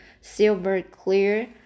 silver-clear